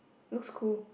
looks cool